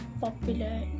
popular